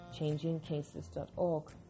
changingcases.org